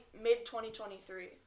mid-2023